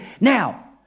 now